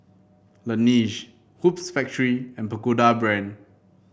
Laneige Hoops Factory and Pagoda Brand